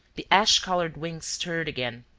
the ash-colored wings stirred again,